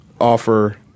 offer